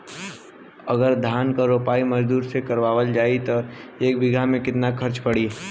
अगर धान क रोपाई मजदूर से करावल जाई त एक बिघा में कितना खर्च पड़ी?